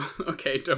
okay